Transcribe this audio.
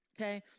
Okay